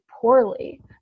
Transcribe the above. poorly